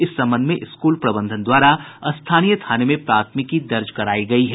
इस संबंध में स्कूल प्रबंधन द्वारा स्थानीय थाने में प्राथमिकी दर्ज करायी गयी है